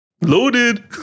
Loaded